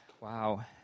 wow